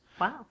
Wow